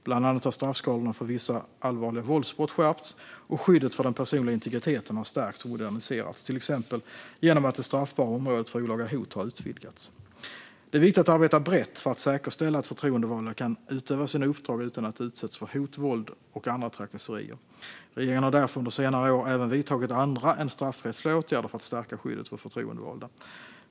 Bland annat har straffskalorna för vissa allvarliga våldsbrott skärpts, och skyddet för den personliga integriteten har stärkts och moderniserats, till exempel genom att det straffbara området för olaga hot har utvidgats. Det är viktigt att arbeta brett för att säkerställa att förtroendevalda kan utöva sina uppdrag utan att utsättas för hot, våld och andra trakasserier. Regeringen har därför under senare år även vidtagit andra än straffrättsliga åtgärder för att stärka skyddet för förtroendevalda.